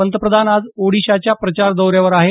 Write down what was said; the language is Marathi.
पंतप्रधान आज ओडिशाच्या प्रचार दौऱ्यावर आहेत